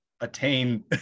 attain